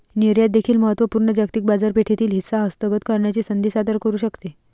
निर्यात देखील महत्त्व पूर्ण जागतिक बाजारपेठेतील हिस्सा हस्तगत करण्याची संधी सादर करू शकते